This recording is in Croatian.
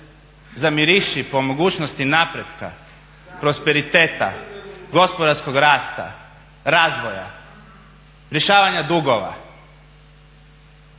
zamiriši po mogućnosti napretka, prosperiteta, gospodarskog rasta, razvoja, rješavanja dugova